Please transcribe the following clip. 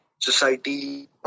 society